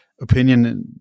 opinion